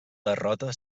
derrota